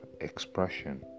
expression